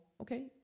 okay